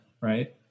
Right